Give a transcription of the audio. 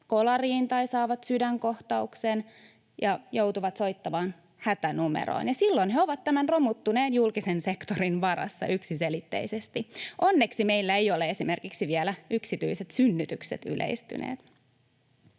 kolariin tai saavat sydänkohtauksen ja joutuvat soittamaan hätänumeroon, ja silloin he ovat tämän romuttuneen julkisen sektorin varassa yksiselitteisesti. Onneksi meillä eivät ole vielä esimerkiksi yksityiset synnytykset yleistyneet.